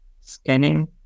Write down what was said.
scanning